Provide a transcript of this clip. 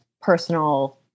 personal